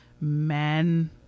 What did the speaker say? men